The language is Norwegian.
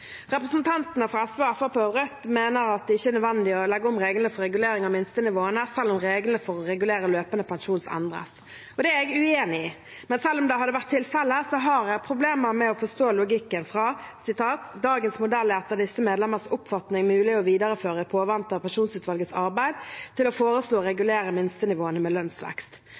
Representantene fra SV, Fremskrittspartiet og Rødt mener at det ikke er nødvendig å legge om reglene for regulering av minstenivåene, selv om reglene for å regulere løpende pensjon endres. Det er jeg uenig i. Men selv om det hadde vært tilfellet, har jeg problemer med å forstå logikken fra å si at dagens modell «er etter disse medlemmers oppfatning mulig å videreføre i påvente av at pensjonsutvalgets arbeid blir fremlagt», til å foreslå å regulere minstenivåene med lønnsvekst.